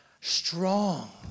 Strong